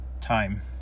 time